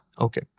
Okay